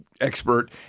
expert